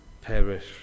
perish